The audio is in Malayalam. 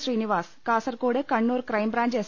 Srinivas Kasaragod Kannur crime branch S